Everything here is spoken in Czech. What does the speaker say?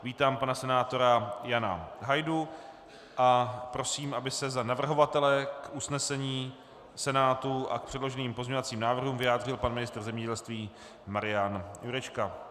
Vítám pana senátora Jana Hajdu a prosím, aby se za navrhovatele k usnesení Senátu a k předloženým pozměňovacím návrhům vyjádřil pan ministr zemědělství Marian Jurečka.